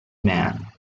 man